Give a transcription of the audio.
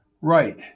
Right